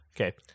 Okay